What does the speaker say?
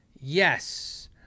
Yes